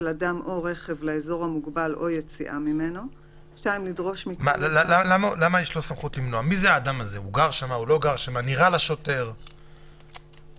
הכניסה לאזור המוגבל והיציאה ממנו 4. באזור מוגבל ובסביבתו הקרובה רשאי שוטר,